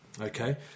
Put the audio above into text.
Okay